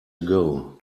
ago